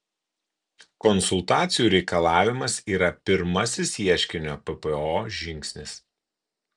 konsultacijų reikalavimas yra pirmasis ieškinio ppo žingsnis